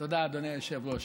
תודה, אדוני היושב-ראש.